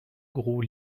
gros